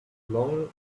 long